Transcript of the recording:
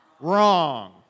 Wrong